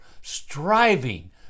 striving